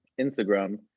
Instagram